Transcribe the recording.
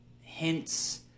hints